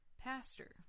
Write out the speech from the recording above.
pastor